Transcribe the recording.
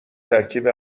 ترکیب